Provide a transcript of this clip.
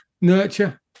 nurture